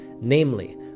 namely